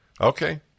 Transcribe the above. Okay